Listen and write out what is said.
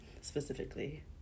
specifically